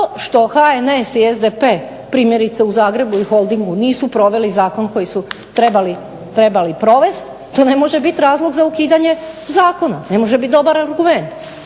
što HNS i SDP primjerice u Zagrebu i Holdingu nisu proveli zakon koji su trebali provesti to ne može biti razlog za ukidanje zakona. Ne može biti dobar argument.